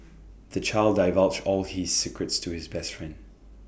the child divulged all his secrets to his best friend